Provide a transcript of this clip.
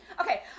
Okay